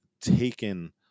taken